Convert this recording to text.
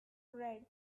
red